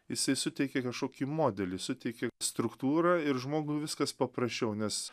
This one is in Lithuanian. jisai suteikia kašokį modelį suteikia struktūrą ir žmogų viskas paprasčiau nes